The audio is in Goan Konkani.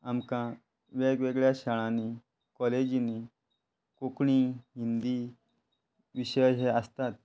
आमकां वेगवेगळ्या शाळांनी कॉलेजीनीं कोंकणी हिंदी विशय जे आसतात